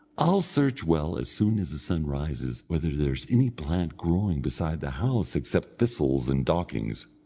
i'll search well as soon as the sun rises, whether there's any plant growing beside the house except thistles and dockings.